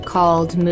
Called